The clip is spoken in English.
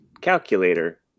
calculator